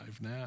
now